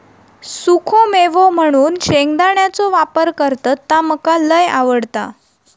सुखो मेवो म्हणून शेंगदाण्याचो वापर करतत ता मका लय आवडता